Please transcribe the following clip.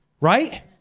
Right